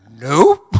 nope